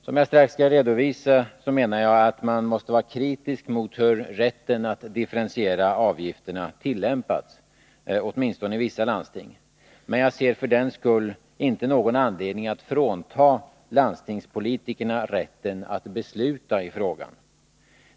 Som jag strax skall redovisa, menar jag att vi måste vara kritiska mot hur rätten att differentiera avgifterna tillämpats, åtminstone i vissa landsting, men jag ser för den skull inte någon anledning att frånta landstingspolitikerna rätten att besluta i frågan.